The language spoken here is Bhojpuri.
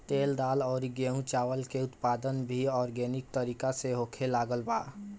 तेल, दाल अउरी गेंहू चावल के उत्पादन भी आर्गेनिक तरीका से होखे लागल बा